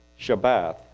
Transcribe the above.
Shabbat